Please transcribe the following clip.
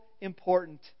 important